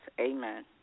amen